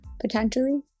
potentially